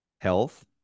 health